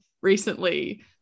recently